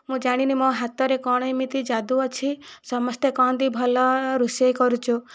ମୁଁ ଜାଣିନି ମୋ ହାତରେ କ'ଣ ଏମିତି ଯାଦୁ ଅଛି ସମସ୍ତେ କୁହନ୍ତି ଭଲ ରୋଷେଇ କରୁଛୁ